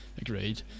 agreed